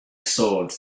soared